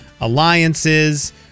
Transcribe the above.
alliances